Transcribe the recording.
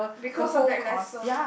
because of that lesson